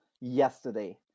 Yesterday